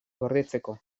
gordetzeko